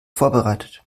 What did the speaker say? vorbereitet